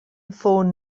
ffôn